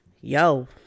yo